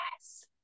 Yes